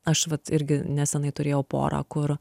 aš vat irgi neseniai turėjau porą kur